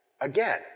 again